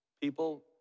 people